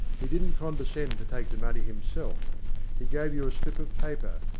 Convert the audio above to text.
he didn't condescend to take the money himself he gave you a slip of paper,